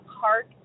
park